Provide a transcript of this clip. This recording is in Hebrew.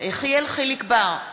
יחיאל חיליק בר,